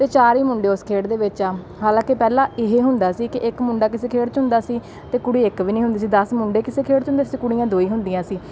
ਅਤੇ ਚਾਰ ਹੀ ਮੁੰਡੇ ਉਸ ਖੇਡ ਦੇ ਵਿੱਚ ਆ ਹਾਲਾਂਕਿ ਪਹਿਲਾਂ ਇਹ ਹੁੰਦਾ ਸੀ ਕਿ ਇੱਕ ਮੁੰਡਾ ਕਿਸੇ ਖੇਡ 'ਚ ਹੁੰਦਾ ਸੀ ਅਤੇ ਕੁੜੀ ਇੱਕ ਵੀ ਨਹੀਂ ਹੁੰਦੀ ਸੀ ਦਸ ਮੁੰਡੇ ਕਿਸੇ ਖੇਡ 'ਚ ਹੁੰਦੇ ਸੀ ਕੁੜੀਆਂ ਦੋ ਹੀ ਹੁੰਦੀਆਂ ਸੀ